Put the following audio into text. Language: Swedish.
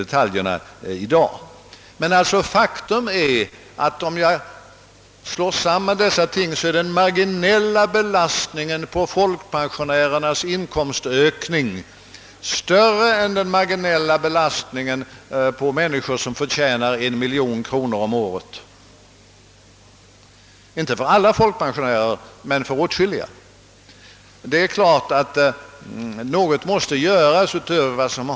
Om man slår samman allt detta, så är det ett faktum att den procentuella belastningen av folkpensionärernas inkomstökning — inte för alla folkpensionärer men för åtskilliga — är större än samma belastning på människor som förtjänar 1 miljon kronor om året. Det är alltså tydligt att något ytterligare måste göras åt detta problem.